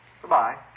Goodbye